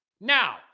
Now